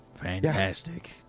Fantastic